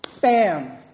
bam